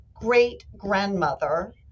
great-grandmother